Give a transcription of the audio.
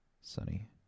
sunny